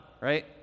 right